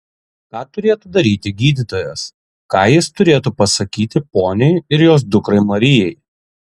ką turėtų daryti gydytojas ką jis turėtų pasakyti poniai ir jos dukrai marijai